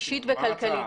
אישית וכלכלית.